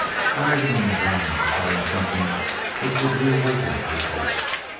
striving in vain to find something which would reawaken his hopes.